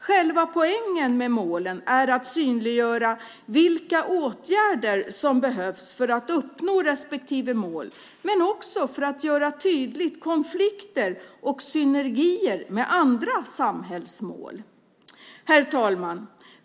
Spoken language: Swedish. Själva poängen med målen är att synliggöra vilka åtgärder som behövs för att uppnå respektive mål men också för att göra konflikter och synergier med andra samhällsmål tydliga. Herr talman!